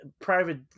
private